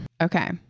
okay